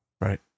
Right